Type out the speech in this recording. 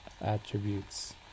attributes